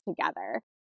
together